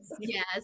yes